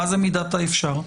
מה זה מידת האפשר?